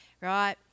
Right